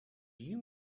you